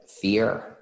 fear